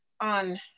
on